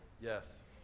Yes